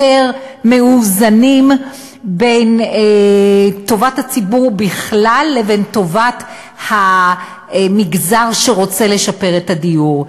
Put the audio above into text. איזונים בין טובת הציבור בכלל לבין טובת המגזר שרוצה לשפר את הדיור.